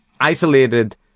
isolated